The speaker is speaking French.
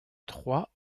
trois